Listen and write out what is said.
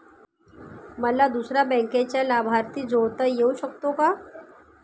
मला दुसऱ्या बँकेचा लाभार्थी जोडता येऊ शकतो का?